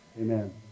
Amen